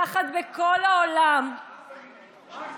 פחד בכל העולם, מיכל,